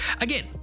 again